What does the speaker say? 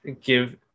give